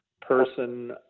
person